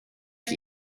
ich